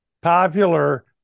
Popular